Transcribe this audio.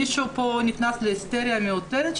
מישהו פה נכנס להיסטריה מיותרת,